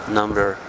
number